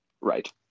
Right